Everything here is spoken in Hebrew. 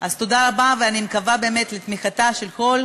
אז תודה רבה, ואני מקווה באמת לתמיכתם של כל